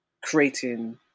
creating